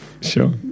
sure